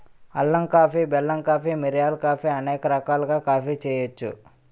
అల్లం కాఫీ బెల్లం కాఫీ మిరియాల కాఫీ అనేక రకాలుగా కాఫీ చేయొచ్చు